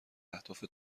اهداف